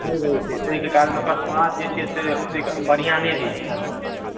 नहि रहै छै ताहि के कारण ओकर स्वादसे जे छै से ओतेक बढ़िऑं नहि रहै छै